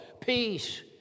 Peace